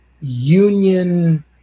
union